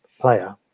player